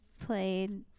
played